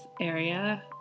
area